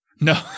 No